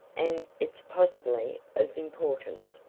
and it's possibly of importance.